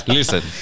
Listen